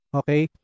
okay